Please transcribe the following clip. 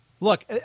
Look